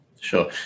Sure